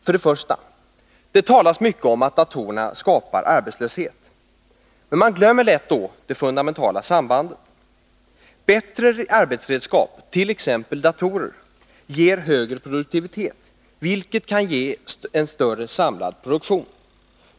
För det första: Det talas mycket om att datorerna skapar arbetslöshet. Men man glömmer då lätt det fundamentala sambandet. Bättre arbetsredskap, t.ex. datorer, ger högre produktivitet, vilket kan ge en större samlad produktion.